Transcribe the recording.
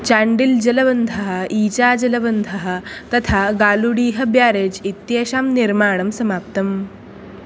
चाण्डिल् जलबन्धः ईजा जलबन्धः तथा गालूडीह बेरेज् इत्येषां निर्माणं समाप्तम्